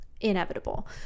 inevitable